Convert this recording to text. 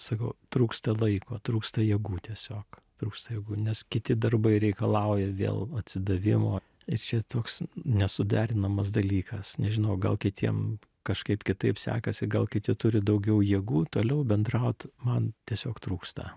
sakau trūksta laiko trūksta jėgų tiesiog trūksta jėgų nes kiti darbai reikalauja vėl atsidavimo ir čia toks nesuderinamas dalykas nežinau gal kitiem kažkaip kitaip sekasi gal kiti turi daugiau jėgų toliau bendraut man tiesiog trūksta